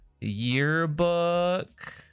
yearbook